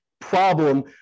problem